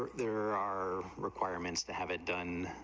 there are our requirements to have it done,